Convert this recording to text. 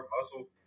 muscle